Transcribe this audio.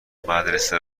مدرسه